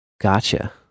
Gotcha